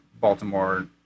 Baltimore